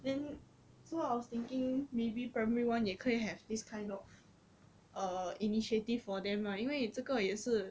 then so I was thinking maybe primary one 也可以 have this kind of err initiative for them right 因为这个也是